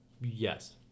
Yes